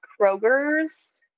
krogers